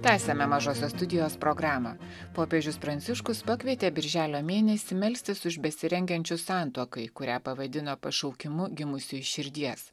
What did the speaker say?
tęsiame mažosios studijos programą popiežius pranciškus pakvietė birželio mėnesį melstis už besirengiančius santuokai kurią pavadino pašaukimu gimusiu iš širdies